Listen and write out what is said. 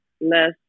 less